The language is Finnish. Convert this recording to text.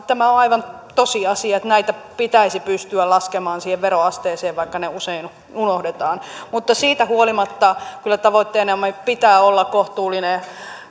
tämä on aivan tosiasia että näitä pitäisi pystyä laskemaan siihen veroasteeseen vaikka ne usein unohdetaan mutta siitä huolimatta kyllä tavoitteenamme pitää olla kohtuullinen